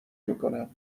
میکنم